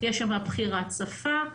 יש שם בחירת שפה.